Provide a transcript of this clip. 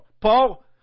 Paul